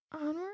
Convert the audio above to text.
Onward